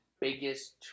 biggest